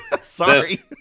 Sorry